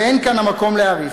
ואין כאן המקום להאריך.